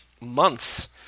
months